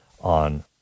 on